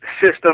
system